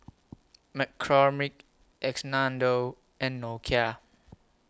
McCormick and Nokia